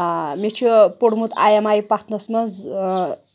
آ مےٚ چھُ پوٚرمُت آی اٮ۪م آی پَتھنَس منٛز